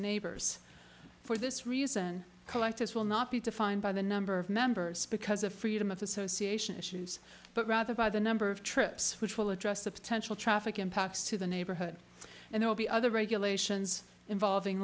neighbors for this reason collectors will not be defined by the number of members because of freedom of association issues but rather by the number of trips which will address the potential traffic impacts to the neighborhood and all the other regulations involving